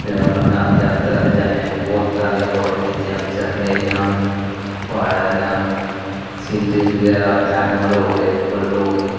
ਅਮਰਨਾਥ ਯਾਤਰਾ 'ਤੇ ਜਾਂਦੇ ਹਾਂ ਬਹੁਤ ਤਰ੍ਹਾਂ ਦੀਆਂ ਫੋਟੋ ਖਿੱਚਦੇ ਹਾਂ ਝਰਨੇ ਦੀਆਂ ਪਹਾੜਾਂ ਦੀਆਂ ਸੀਨਰੀਜ ਵਗੈਰਾ ਜਾਨਵਰ ਹੋ ਗਏ ਫੁੱਲ ਹੋ ਗਏ